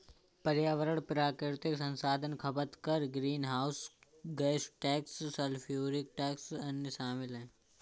पर्यावरण प्राकृतिक संसाधन खपत कर, greenhouse gas tax, sulphuric tax, अन्य शामिल हैं